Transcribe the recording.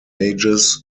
ages